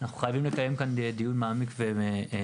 אנחנו חייבים לקיים כאן דיון מעמיק ונוקב.